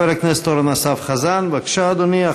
חבר הכנסת אורן אסף חזן, בבקשה, אדוני.